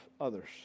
others